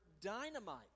dynamite